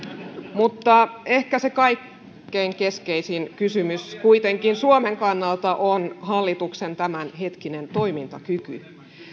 mutta ehkä se kaikkein keskeisin kysymys kuitenkin suomen kannalta on hallituksen tämänhetkinen toimintakyky